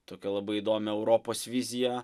tokią labai įdomią europos viziją